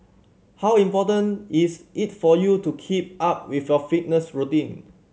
how important is it for you to keep up with your fitness routine